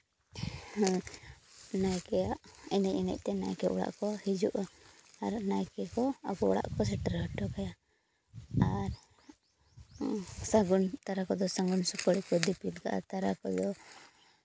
ᱟᱨ ᱱᱟᱭᱠᱮᱭᱟᱜ ᱮᱱᱮᱡ ᱮᱱᱮᱡ ᱛᱮ ᱱᱟᱭᱠᱮ ᱚᱲᱟᱜ ᱠᱚ ᱦᱤᱡᱩᱜᱼᱟ ᱟᱨ ᱱᱟᱭᱠᱮ ᱠᱚ ᱟᱠᱚ ᱚᱲᱟᱜ ᱠᱚ ᱥᱮᱴᱮᱨ ᱦᱚᱴᱚ ᱠᱟᱭᱟ ᱟᱨ ᱥᱟᱹᱜᱩᱱ ᱠᱚᱲᱟ ᱠᱚᱫᱚ ᱥᱟᱹᱜᱩᱱ ᱥᱩᱯᱟᱹᱲᱤ ᱠᱚ ᱫᱤᱯᱤᱞ ᱠᱟᱜᱼᱟ ᱛᱟᱨᱟ ᱠᱚᱫᱚ